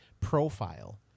profile